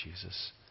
Jesus